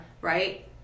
right